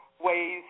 ways